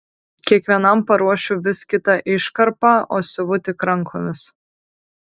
kiekvienam paruošiu vis kitą iškarpą o siuvu tik rankomis